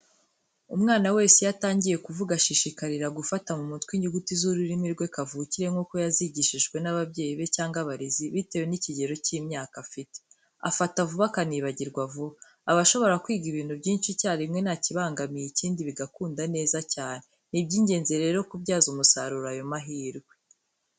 Umwana wese iyo atangiye kuvuga, ashishikarira gufata mu mutwe inyuguti z'ururimi rwe kavukire nk'uko yazigishijwe n'ababyeyi be cyangwa abarezi, bitewe n'ikigero cy'imyaka afite. Afata vuba akanibagirwa vuba, aba ashobora kwiga ibintu byinshi icyarimwe nta kibangamiye ikindi bigakunda neza cyane. Ni iby'ingenzi rero kubyaza umusaruro ayo mahirwe.